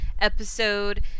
episode